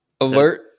alert